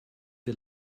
wir